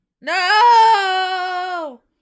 No